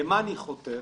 למה אני חותר?